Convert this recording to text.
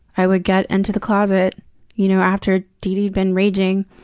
i would get into the closet you know after deedee had been raging,